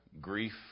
grief